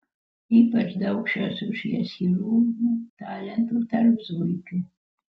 ypač daug šios rūšies chirurgų talentų tarp zuikių